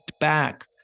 back